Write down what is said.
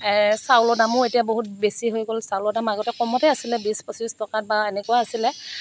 চাউলৰ দামো এতিয়া বহুত বেছি হৈ গ'ল চাউলৰ দাম আগতে কমতে আছিলে বিছ পছিশ টকাত বা এনেকুৱা আছিলে